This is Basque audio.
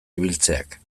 ibiltzeak